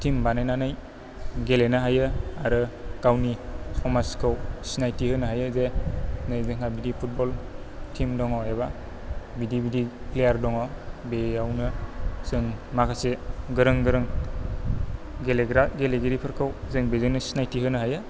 team बानायनानै गेलेनो हायो आरो गावनि समाजखौ सिनायथि होनो हायो जे नै जोंहा बिदि फुटबल टिम दङ एबा बिदि बिदि प्लेयार दङ बेयावनो जों माखासे गोरों गोरों गेलेग्रा गेलेगिरि फोरखौ जों बेजोंनो सिनायथि होनो हायो